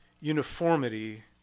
uniformity